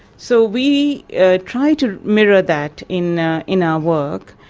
so we try to mirror that in ah in our work,